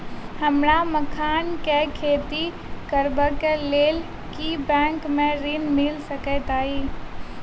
हमरा मखान केँ खेती करबाक केँ लेल की बैंक मै ऋण मिल सकैत अई?